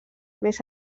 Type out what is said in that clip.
més